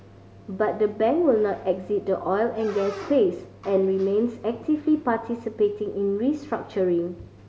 but the bank will not exit the oil and gas space and remains actively participating in restructuring